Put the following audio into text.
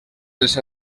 els